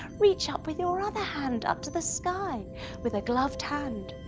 reach up with your other hand up to the sky with a gloved hand.